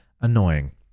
annoying